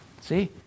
See